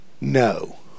no